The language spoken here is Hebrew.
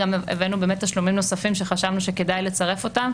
גם הבאנו באמת תשלומים נוספים שחשבנו שכדאי לצרף אותם,